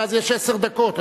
ואז יש עשר דקות.